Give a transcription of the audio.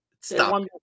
Stop